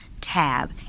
tab